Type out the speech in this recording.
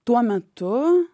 tuo metu